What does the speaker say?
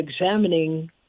examining